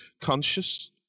conscious